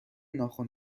ناخن